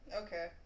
Okay